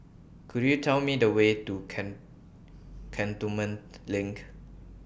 Could YOU Tell Me The Way to Cantonment LINK